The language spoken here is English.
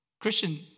Christian